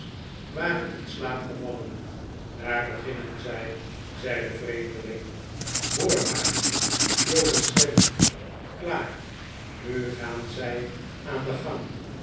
waren in slaap gevallen daar beginnen zij zei de vreemdeling hoor maar violeh stemmen klaar nu gaan zij aan den gang